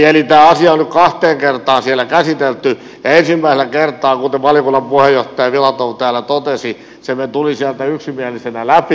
eli tämä asia on nyt kahteen kertaan siellä käsitelty ja ensimmäisellä kertaa kuten valiokunnan puheenjohtaja filatov täällä totesi se tuli sieltä yksimielisenä läpi